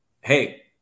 Hey